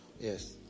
yes